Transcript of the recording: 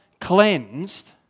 cleansed